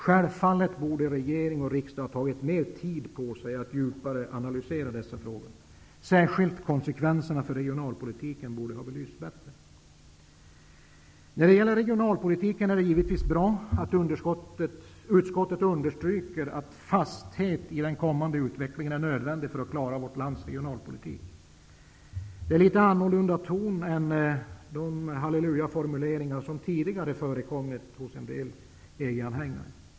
Självfallet borde regering och riksdag ha tagit mer tid på sig att djupare analysera dessa frågor. Det gäller särskilt konsekvenserna för regionalpolitiken. När det gäller regionalpolitiken är det givetvis bra att utskottet understryker att fasthet i den kommande utvecklingen är nödvändig för att klara vårt lands regionalpolitik. Det är litet annorlunda ton jämfört med de halleluja-formuleringar som tidigare förekommit hos en del EG-anhängare.